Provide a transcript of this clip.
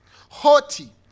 haughty